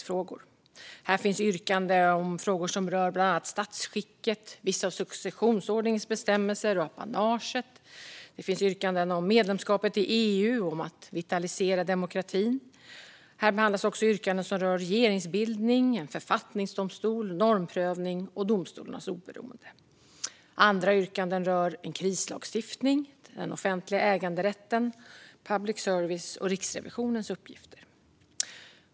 Här finns yrkanden om frågor som rör bland annat statsskicket, vissa successionsordningsbestämmelser och apanaget. Det finns yrkanden om medlemskapet i EU och om att vitalisera demokratin. Här behandlas också yrkanden som rör regeringsbildning, en författningsdomstol, normprövning och domstolarnas oberoende. Andra yrkanden rör en krislagstiftning, den offentliga äganderätten, public service och Riksrevisionens uppgifter.